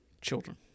children